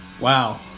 Wow